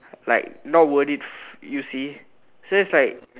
like not worth it you see so it's like